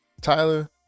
Tyler